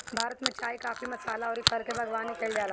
भारत में चाय, काफी, मसाला अउरी फल के बागवानी कईल जाला